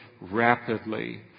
rapidly